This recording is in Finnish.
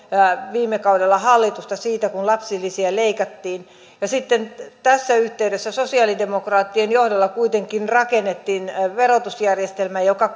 hallitusta siitä kun lapsilisiä leikattiin ja sitten tässä yhteydessä sosialidemokraattien johdolla kuitenkin rakennettiin verotusjärjestelmä joka